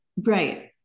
Right